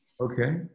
Okay